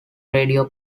radio